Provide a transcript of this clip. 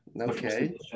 Okay